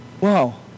wow